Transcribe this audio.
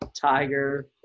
Tiger